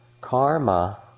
Karma